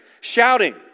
shouting